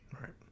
Right